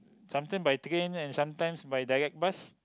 sometime by train and sometimes by direct bus